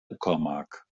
uckermark